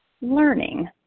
learning